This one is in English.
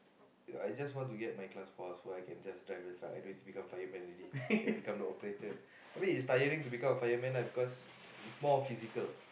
I just want to get my class four so I can just drive a truck and then don't need to become fireman already can become the operator I mean it's tiring to become a fireman lah because it's more physical